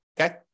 okay